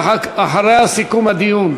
ולאחריה סיכום הדיון.